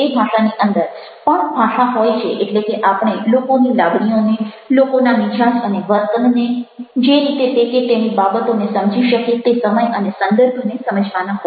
ભાષાની અંદર પણ ભાષા હોય છે એટલે કે આપણે લોકોની લાગણીઓને લોકોના મિજાજ અને વર્તનને જે રીતે તે કે તેણી બાબતોને સમજી શકશે તે સમય અને સંદર્ભને સમજવાના હોય છે